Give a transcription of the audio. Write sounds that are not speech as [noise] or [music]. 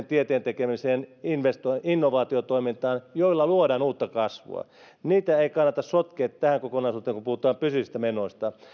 [unintelligible] tieteen tekemiseen innovaatiotoimintaan joilla luodaan uutta kasvua niitä ei kannata sotkea tähän kokonaisuuteen kun puhutaan pysyvistä menoista